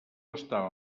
estava